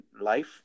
life